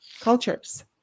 cultures